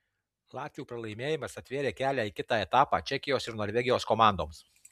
latvių pralaimėjimas atvėrė kelią į kitą etapą čekijos ir norvegijos komandoms